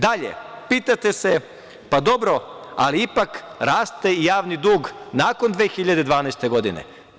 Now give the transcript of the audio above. Dalje, pitate se, pa, dobro, ali ipak raste i javni dug nakon 2012. godine.